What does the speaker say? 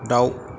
दाउ